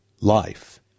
life